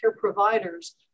providers